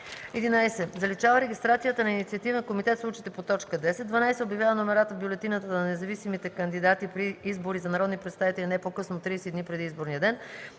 11. заличава регистрацията на инициативен комитет в случаите по т. 10; 12. обявява номерата в бюлетината на независимите кандидати при избори за народни представители не по-късно от 31 дни преди изборния ден;